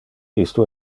isto